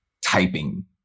typing